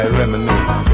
reminisce